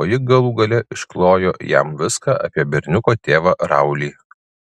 o ji galų gale išklojo jam viską apie berniuko tėvą raulį